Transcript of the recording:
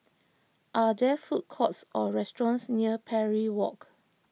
are there food courts or restaurants near Parry Walk